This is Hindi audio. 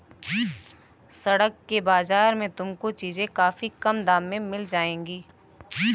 सड़क के बाजार में तुमको चीजें काफी कम दाम में मिल जाएंगी